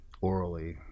orally